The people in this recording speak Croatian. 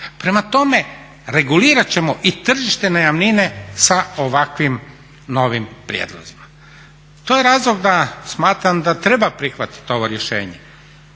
Prema tome, regulirat ćemo i tržište najamnina sa ovakvim novim prijedlozima. To je razlog da smatram da treba prihvatiti ovo rješenje,